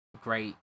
great